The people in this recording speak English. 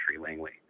Langley